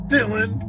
Dylan